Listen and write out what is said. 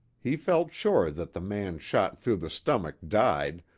he felt sure that the man shot through the stomach died,